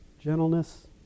gentleness